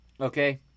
okay